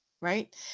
right